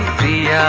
be